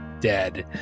dead